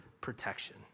protection